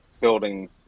building